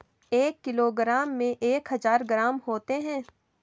एक किलोग्राम में एक हजार ग्राम होते हैं